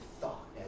thought